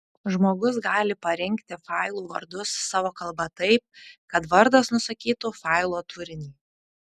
žmogus gali parinkti failų vardus savo kalba taip kad vardas nusakytų failo turinį